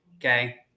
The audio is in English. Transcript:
okay